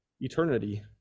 eternity